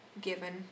given